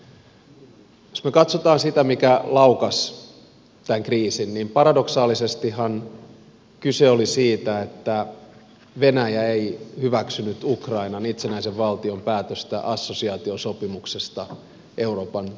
jos me katsomme sitä mikä laukaisi tämän kriisin paradoksaalisesti kysehän oli siitä että venäjä ei hyväksynyt ukrainan itsenäisen valtion päätöstä assosiaatiosopimuksesta euroopan unionin kanssa